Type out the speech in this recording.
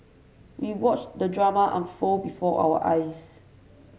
we watched the drama unfold before our eyes